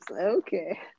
Okay